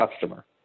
customer